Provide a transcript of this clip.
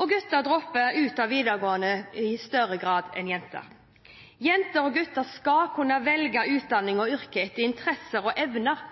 Gutter dropper ut av videregående i større grad enn jenter. Jenter og gutter skal kunne velge utdanning og yrke etter interesser og evner,